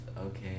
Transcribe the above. okay